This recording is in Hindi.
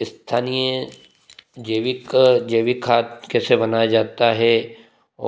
इस्थनीय जैविक जैविक खाद कैसे बनाया जाता है